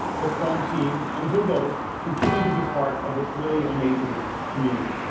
the chrome team, and google continue to be part of this really amazing community.